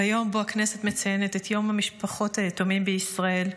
ביום שבו הכנסת מציינת את יום משפחות היתומים בישראל,